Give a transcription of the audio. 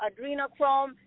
adrenochrome